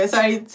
Sorry